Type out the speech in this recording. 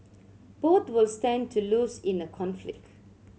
both will stand to lose in a conflict